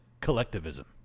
collectivism